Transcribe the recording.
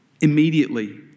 immediately